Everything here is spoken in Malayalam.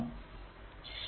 അത് പേജ് നമ്പർ 19 ആണ്